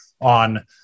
on